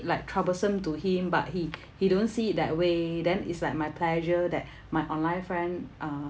like troublesome to him but he he don't see it that way then it's like my pleasure that my online friend uh